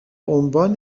عنوان